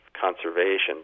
conservation